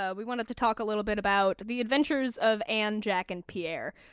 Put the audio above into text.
ah we wanted to talk a little bit about the adventures of anne, jack and pierre,